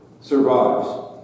survives